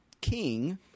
king